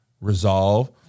resolve